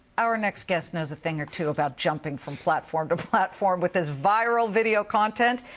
our next guest knows a thing or two about jumping from platform to platform with his viral video content.